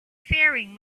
faring